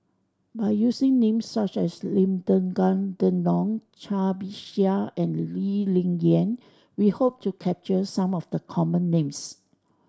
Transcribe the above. by using names such as Lim Denan Denon Cai Bixia and Lee Ling Yen we hope to capture some of the common names